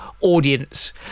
audience